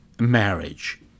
marriage